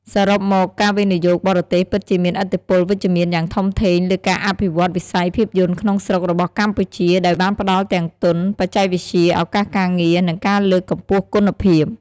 សរុបមក ការវិនិយោគបរទេសពិតជាមានឥទ្ធិពលវិជ្ជមានយ៉ាងធំធេងលើការអភិវឌ្ឍវិស័យភាពយន្តក្នុងស្រុករបស់កម្ពុជា ដោយបានផ្ដល់ទាំងទុន បច្ចេកវិទ្យា ឱកាសការងារ និងការលើកកម្ពស់គុណភាព។